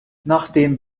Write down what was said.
nachdem